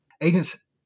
Agents